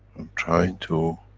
trying to,